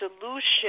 solution